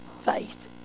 faith